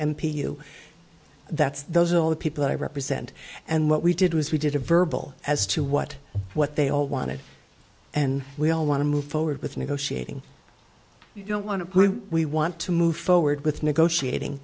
m p u that's those are all the people i represent and what we did was we did a verbal as to what what they all wanted and we all want to move forward with negotiating you don't want to we want to move forward with negotiating